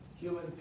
human